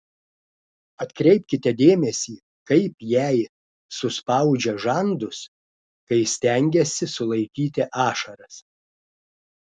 atkreipkite dėmesį kaip jei suspaudžia žandus kai stengiasi sulaikyti ašaras